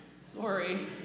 Sorry